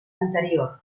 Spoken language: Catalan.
anterior